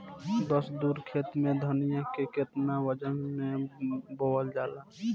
दस धुर खेत में धनिया के केतना वजन मे बोवल जाला?